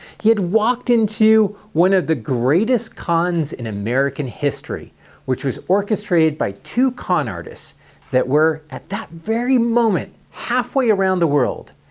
he had walked into one of the greatest cons in american history which was orchestrated by two con-artists that were at that moment halfway around the world.